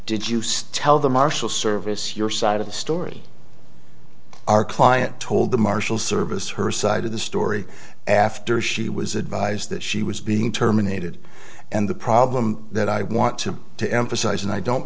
use tell the marshal service your side of the story our client told the marshal service her side of the story after she was advised that she was being terminated and the problem that i want to to emphasize and i don't